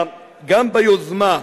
גם ביוזמה,